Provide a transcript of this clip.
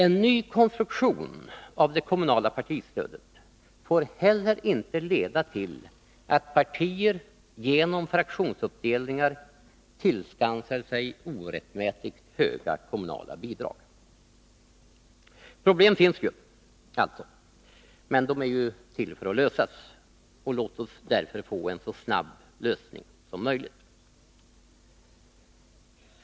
En ny konstruktion av det kommunala partistödet får inte heller leda till att partier genom fraktionsuppdelningar tillskansar sig orättmätigt höga kommunala bidrag. Problem finns alltså, men de är ju till för att lösas. Låt oss få en lösning så snabbt som möjligt.